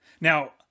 Now